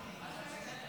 סדר-היום